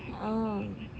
um